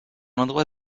endroit